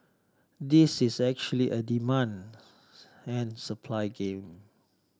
this is actually a demand and supply game